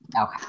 Okay